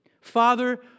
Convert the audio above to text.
Father